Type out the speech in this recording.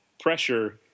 pressure –